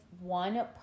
one